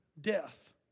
death